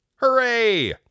Hooray